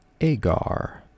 agar